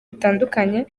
bitandukanye